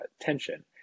tension